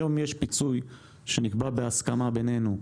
היום יש פיצוי שנקבע בהסכמה בינינו,